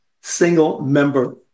single-member